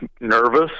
nervous